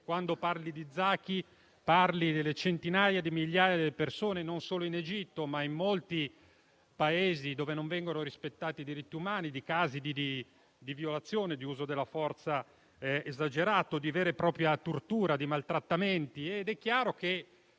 Quando parli di Zaki parli delle centinaia di migliaia di persone i cui diritti umani, non solo in Egitto, ma in molti Paesi, non vengono rispettati. Parli dei casi di violazione, di uso della forza esagerato, di vera e propria tortura e di maltrattamenti. Ed è chiaro che,